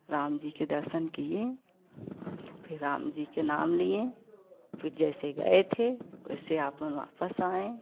राम जी के दर्शन किए फिर राम जी के नाम लिए फिर जैसे गए थे वैसे आपुन वापस आए